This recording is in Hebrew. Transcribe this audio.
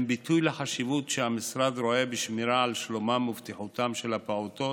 הם ביטוי לחשיבות שהמשרד רואה בשמירה על שלומם ובטיחותם של הפעוטות